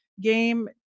game